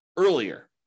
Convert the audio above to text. earlier